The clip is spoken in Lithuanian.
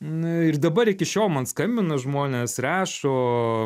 na ir dabar iki šiol man skambina žmonės rašo